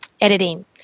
editing